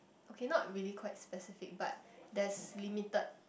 okay not really quite specific but there's limited